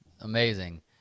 amazing